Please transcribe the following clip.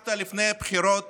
הבטחת לפני הבחירות